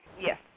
Yes